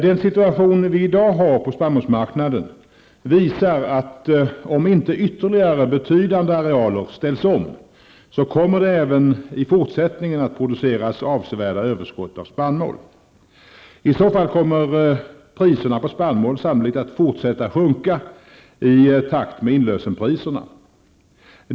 Den situation vi i dag har på spannmålsmarknaden visar att om inte ytterligare betydande arealer ställs om så kommer det även i fortsättningen att produceras avsevärda överskott av spannmål. I så fall kommer priserna på spannmål sannolikt att fortsätta att sjunka i takt med inlösenpriserna.